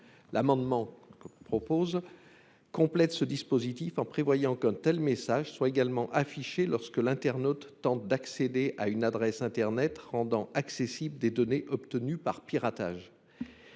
L’amendement que je propose tend à compléter ce dispositif, en prévoyant qu’un tel message soit également affiché lorsque l’internaute tente d’accéder à une adresse internet rendant accessibles des données obtenues par piratage.